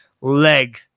leg